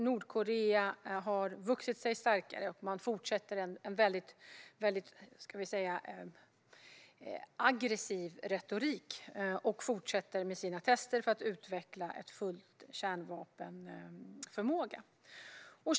Nordkorea har vuxit sig starkare och fortsätter med sin aggressiva retorik och sina tester för att utveckla full kärnvapenförmåga.